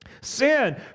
Sin